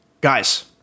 Guys